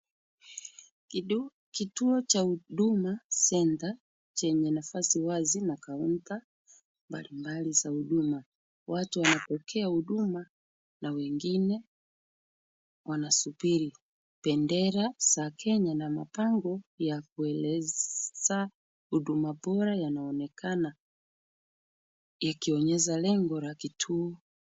Kituo cha Huduma Center chenye nafasi wazi na kaunta mbalimbali za huduma. Watu wanapokea huduma na wengine wanasubiri. Bendera za Kenya na bango ya kueleza huduma bora yanaonekana ikionyesha lengo la kituo.